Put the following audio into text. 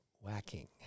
whacking